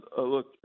look